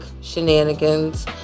shenanigans